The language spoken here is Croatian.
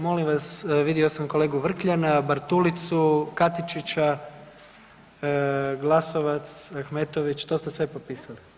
Molim vas, vidio sam kolegu Vrkljana, Bartulicu, Katičića, Glasovac, Ahmetović, to ste sve popisali?